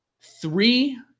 three